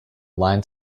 line